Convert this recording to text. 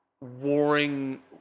warring